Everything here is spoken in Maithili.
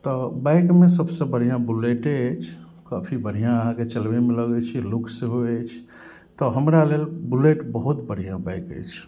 तऽ बाइकमे सबसे बढ़िऑं बुलेटे अछि काफी बढ़िऑं अहाँके चलबैमे लगै छै लुक सेहो अछि तऽ हमरा लेल बुलेट बहुत बढ़िया बाइक अइछ